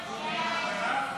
חוק